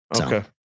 okay